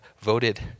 voted